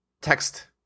text